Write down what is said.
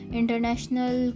international